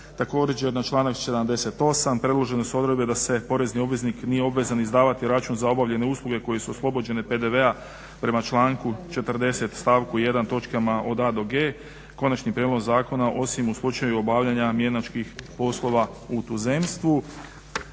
razumije./… na članak 78. predložene su odredbe da se porezni obveznik nije obvezan izdavati račun za obavljene usluge koje su oslobođene PDV-a prema članku 40. stavku 1. točkama od A do G, konačni prijedlog zakona osim u slučaju obavljanja mjenačkih poslova u tuzemstvu.